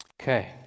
Okay